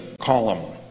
column